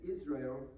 Israel